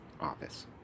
office